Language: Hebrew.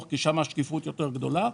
כי בהם השקיפות יותר גדולה,